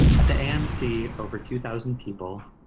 at the amc, over two thousand people,